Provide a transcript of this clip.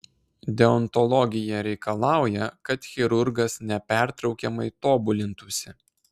deontologija reikalauja kad chirurgas nepertraukiamai tobulintųsi